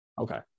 Okay